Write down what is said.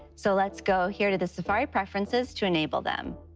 so let's go here to the safari preferences to enable them.